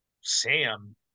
Sam